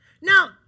Now